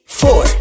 four